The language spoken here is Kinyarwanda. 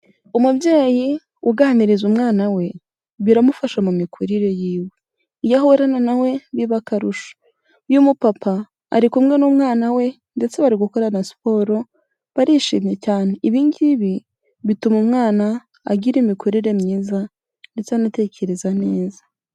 Umubyeyi uganiriza umwana we biramufasha mu mikurire yiwe. Iyo ahorana na we biba akarusho. Uyu mupapa ari kumwe n'umwana we ndetse bari gukorana siporo barishimye cyane. Ibi ngibi bituma umwana agira imikurire myiza ndetse anatekereza neza.